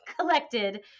collected